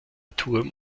turm